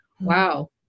wow